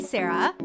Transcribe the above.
Sarah